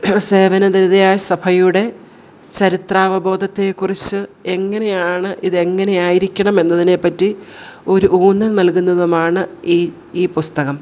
സേവനനിരതയായ സഭയുടെ ചരിത്രാവബോധത്തെ കുറിച്ച് എങ്ങനെയാണ് ഇതെങ്ങനെയായിരിക്കണം എന്നതിനെപ്പറ്റി ഒരു ഊന്നൽ നൽകുന്നതുമാണ് ഈ ഈ പുസ്തകം